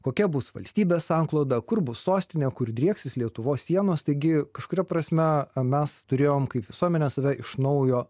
kokia bus valstybės sankloda kur bus sostinė kur drieksis lietuvos sienos taigi kažkuria prasme mes turėjom kaip visuomenė save iš naujo